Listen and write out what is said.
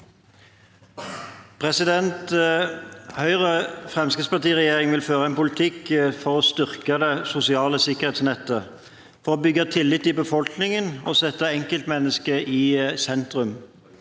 Høyre–Fremskritts- parti-regjeringen vil føre en politikk for å styrke det sosiale sikkerhetsnettet, for å bygge tillit i befolkningen, og for å sette enkeltmennesket i sentrum.